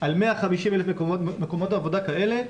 על 150,000 מקומות עבודה כאלה,